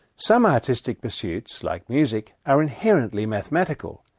some artistic pursuits, like music, are inherently mathematical,